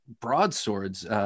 broadswords